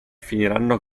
finiranno